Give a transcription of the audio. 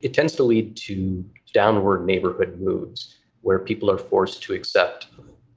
it tends to lead to downward neighborhood moods where people are forced to accept